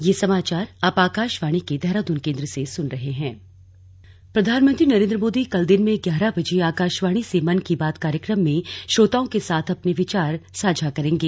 slug मन की बात प्रधानमंत्री नरेन्द्र मोदी कल दिन में ग्यारह बजे आकाशवाणी से मन की बात कार्यक्रम में श्रोताओं के साथ अपने विचार साझा करेंगे